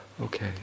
Okay